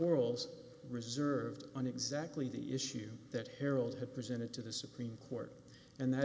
orals reserved on exactly the issue that harold had presented to the supreme court and that